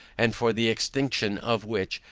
and for the execution of which,